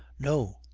no,